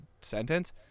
sentence